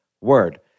word